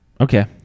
Okay